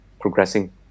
progressing